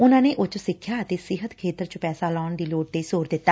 ਉਨੂਾ ਨੇ ਉੱਚ ਸਿੱਖਿਆ ਅਤੇ ਸਿਹਤ ਖੇਤਰ ਚ ਪੈਸਾ ਲਾਉਣ ਦੀ ਲੋੜ ਤੇ ਜ਼ੋਰ ਦਿੱਤਾ